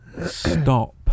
Stop